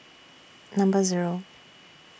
Number Zero